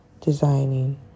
designing